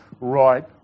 right